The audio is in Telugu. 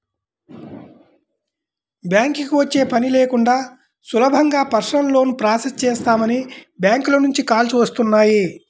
బ్యాంకుకి వచ్చే పని లేకుండా సులభంగా పర్సనల్ లోన్ ప్రాసెస్ చేస్తామని బ్యాంకుల నుంచి కాల్స్ వస్తున్నాయి